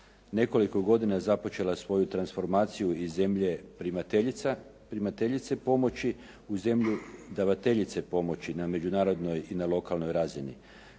nekoliko godina započela svoju transformaciju iz zemlje primateljice pomoći u zemlju davateljice pomoći na međunarodnoj i na lokalnoj razini.